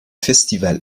festival